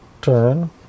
turn